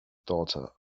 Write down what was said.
daughter